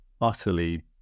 utterly